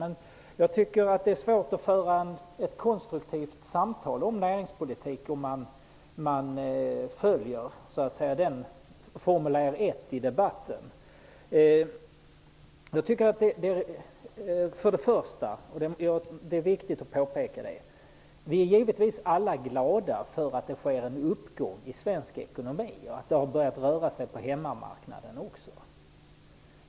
Men det är svårt att föra ett konstruktivt samtal om näringspolitik om man följer ett s.k. formulär 1 i debatten. Det är viktigt att påpeka att vi alla givetvis är glada för att det sker en uppgång i svensk ekonomi och att det har börjat röra sig på hemmamarknaden.